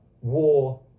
war